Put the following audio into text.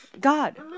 God